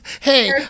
Hey